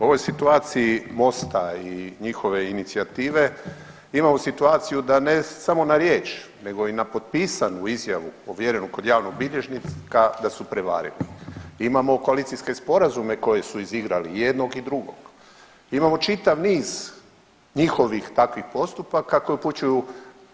U ovoj situaciji Mosta i njihove inicijative imamo situaciju da ne samo na riječ nego i na potpisanu izjavu ovjerenu kod javnog bilježnika da su prevareni, imamo koalicijske sporazume koje su izigrali jednog i drugo, imamo čitav niz njihovih takvih postupaka koji upućuju